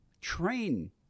train